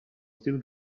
still